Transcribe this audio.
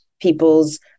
people's